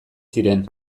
ziren